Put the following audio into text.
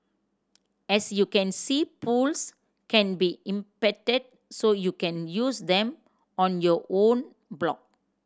as you can see polls can be embedded so you can use them on your own blog